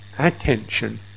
attention